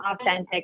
authentic